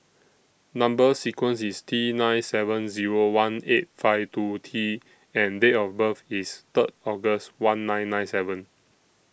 Number sequence IS T nine seven Zero one eight five two T and Date of birth IS Third August one nine nine seven